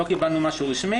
לא קיבלנו משהו רשמי.